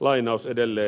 lainaus edelleen